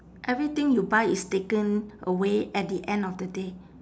everything you buy is taken away at the end of the day